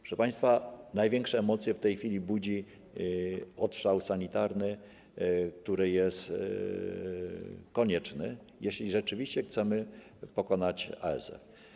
Proszę państwa, największe emocje w tej chwili budzi odstrzał sanitarny, który jest konieczny, jeśli rzeczywiście chcemy pokonać ASF.